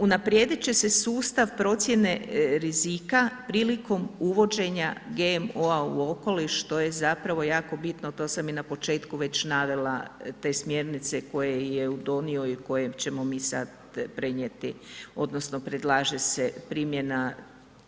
Unaprijedit će se sustav procjene rizika prilikom uvođenja GMO-a u okoliš to je zapravo jako bitno, to sam i na početku već navela te smjernice koje je donio i koje ćemo mi sad prenijeti odnosno predlaže se primjena